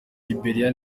liberia